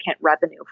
revenue